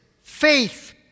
faith